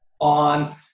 on